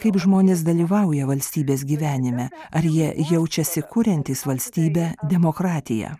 kaip žmonės dalyvauja valstybės gyvenime ar jie jaučiasi kuriantys valstybę demokratiją